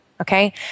okay